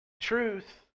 truth